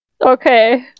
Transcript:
Okay